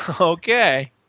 Okay